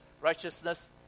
righteousness